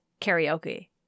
karaoke